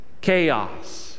chaos